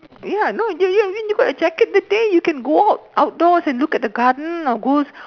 ya I know you you you got the jacket in the day you can go out outdoors and look at garden or go